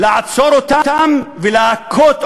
לעצור אותם ולהכות אותם,